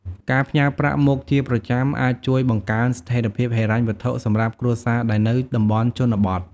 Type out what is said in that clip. ការផ្ញើប្រាក់មកជាប្រចាំអាចជួយបង្កើនស្ថេរភាពហិរញ្ញវត្ថុសម្រាប់គ្រួសារដែលនៅតំបន់ជនបទ។